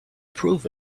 prove